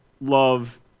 love